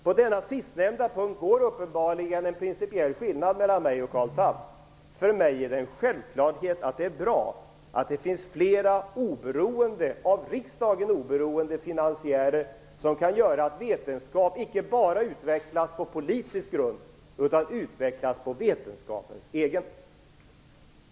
Vid denna sistnämnda punkt går uppenbarligen en principiell skillnad mellan mig och Carl Tham. För mig är det en självklarhet att det är bra att det finns flera av riksdagen oberoende finansiärer som kan göra att vetenskap utvecklas icke bara på politisk grund utan på vetenskapens egen.